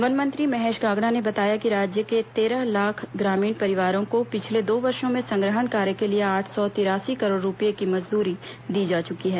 one मंत्री महेश गागड़ा ने बताया कि राज्य के तेरह लाख ग्रामीण परिवारों को पिछले दो वर्षो में संग्रहण कार्य के लिए आठ सौ तिरासी करोड़ रूपए की मजदूरी दी जा चुकी है